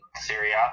Syria